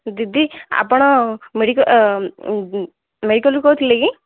ଦିଦି ଆପଣ ମେଡ଼ିକାଲ୍ ମେଡ଼ିକାଲରୁ କହୁଥିଲେ କି